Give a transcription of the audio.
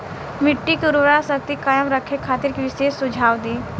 मिट्टी के उर्वरा शक्ति कायम रखे खातिर विशेष सुझाव दी?